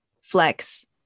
flex